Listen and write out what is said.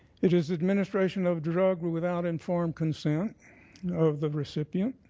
it is administration of drug without informed consent of the recipient.